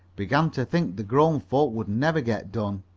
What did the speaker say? began to think the grown folks would never get done.